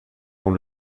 dans